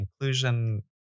inclusion